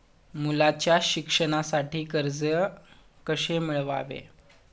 मुलाच्या शिक्षणासाठी कर्ज कसे मिळवावे?